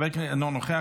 אינו נוכח,